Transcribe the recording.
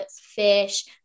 fish